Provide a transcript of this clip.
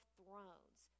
thrones